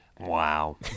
Wow